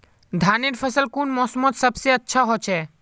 धानेर फसल कुन मोसमोत सबसे अच्छा होचे?